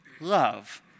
love